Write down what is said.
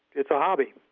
it's a hobby.